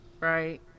right